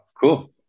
Cool